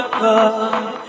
love